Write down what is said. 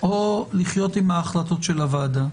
או לחיות עם החלטות הוועדה.